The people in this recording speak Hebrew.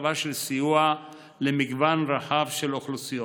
רחבה של סיוע למגוון רחב של אוכלוסיות.